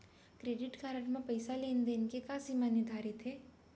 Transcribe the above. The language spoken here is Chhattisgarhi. क्रेडिट कारड म पइसा लेन देन के का सीमा निर्धारित हे?